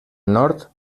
nord